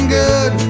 good